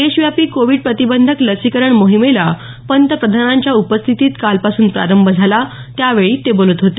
देशव्यापी कोविड प्रतिबंधक लसीकरण मोहिमेला पंतप्रधानांच्या उपस्थितीत कालपासून प्रारंभ झाला त्यावेळी ते बोलत होते